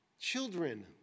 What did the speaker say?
children